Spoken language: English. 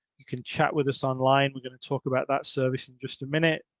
you can chat with us online. we're going to talk about that service in just a minute.